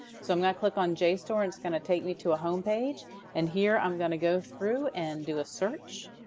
so i'm going to click on jstor. it's gonna take me to a home page. and here i'm gonna go through and do a search.